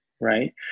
right